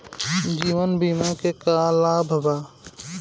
जीवन बीमा के का लाभ बा?